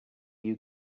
you